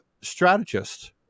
strategist